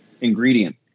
ingredient